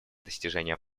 достижения